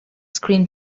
screen